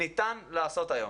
ניתן לעשות היום,